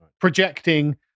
projecting